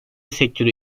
sektörü